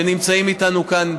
שנמצאים איתנו כאן,